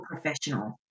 professional